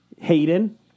Hayden